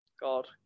God